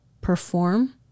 perform